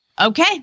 Okay